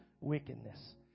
wickedness